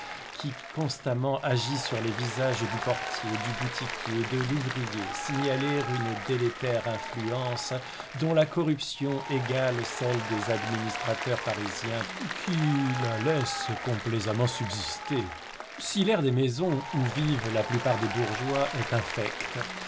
qui constamment agit sur les visages du portier du boutiquier de l'ouvrier signaler une délétère influence dont la corruption égale celle des administrateurs parisiens qui la laissent complaisamment subsister si l'air des maisons où vivent la plupart des bourgeois est infect